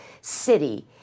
city